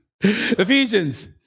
Ephesians